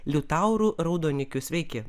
liutauru raudonikiu sveiki